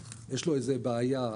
יש לו איזו בעיה,